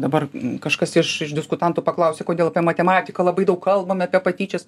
dabar kažkas iš diskutantų paklausė kodėl matematika labai daug kalbam apie patyčias